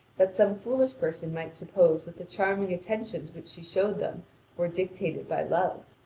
that some foolish person might suppose that the charming attentions which she showed them were dictated by love.